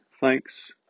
thanks